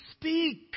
speak